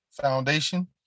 Foundation